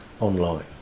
online